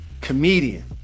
comedian